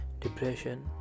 depression